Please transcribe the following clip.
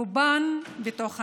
רובן בתוך המשפחה.